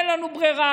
אין לנו ברירה,